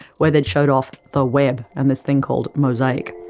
where they had showed off the web and this thing called mosaic.